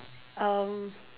um